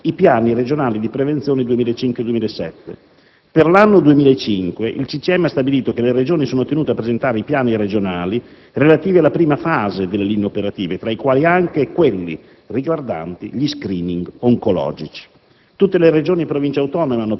e certificare i Piani regionali di prevenzione 2005-2007; per l'anno 2005 il CCM ha stabilito che le Regioni sono tenute a presentare i Piani regionali relativi alla prima fase delle linee operative, tra i quali anche quelle riguardanti gli *screening* oncologici.